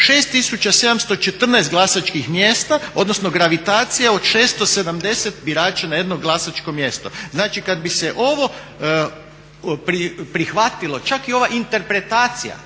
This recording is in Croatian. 6714 glasačkih mjesta, odnosno gravitacija od 670 birača na 1 glasačko mjesto. Znači, kad bi se ovo prihvatilo, čak i ova interpretacija